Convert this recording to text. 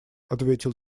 ответил